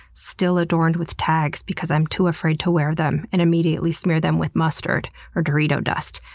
still adorned with tags, because i am too afraid to wear them and immediately smear them with mustard or dorito dust.